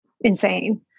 insane